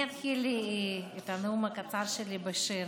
אני אתחיל את הנאום הקצר שלי בשיר.